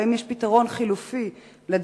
האם יש פתרון חלופי לדייגים?